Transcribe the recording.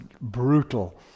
brutal